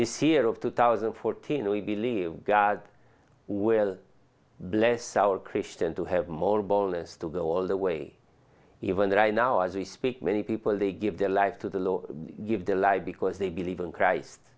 this year of two thousand and fourteen we believe god will bless our christian to have more bonus to go all the way even right now as we speak many people they give their life to the lord give the lie because they believe in christ